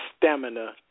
stamina